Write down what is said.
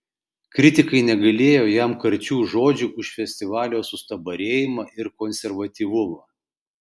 kritikai negailėjo jam karčių žodžių už festivalio sustabarėjimą ir konservatyvumą